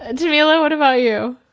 ah jamila, what about you?